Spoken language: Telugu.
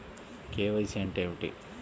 కే.వై.సి అంటే ఏమి?